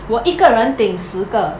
我一个人顶十个